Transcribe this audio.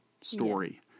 story